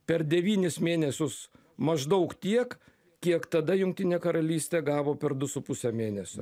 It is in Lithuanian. per devynis mėnesius maždaug tiek kiek tada jungtinė karalystė gavo per du su puse mėnesio